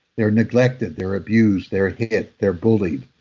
they're neglected. they're abused. they're hit. they're bullied.